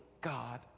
God